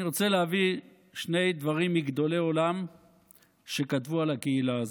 אני רוצה להביא שני דברים מגדולי עולם שכתבו על הקהילה הזאת.